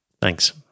Thanks